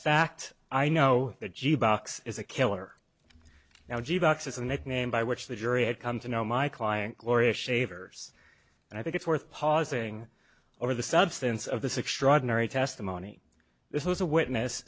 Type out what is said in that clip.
fact i know the g box is a killer now g box is a nickname by which the jury had come to know my client gloria shavers and i think it's worth pausing over the substance of this extraordinary testimony this was a witness